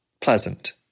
pleasant